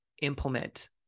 implement